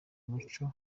muco